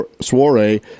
Soiree